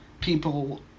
people